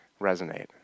resonate